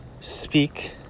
speak